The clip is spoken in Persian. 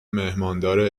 میهماندار